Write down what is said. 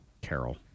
Carol